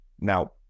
Now